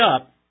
up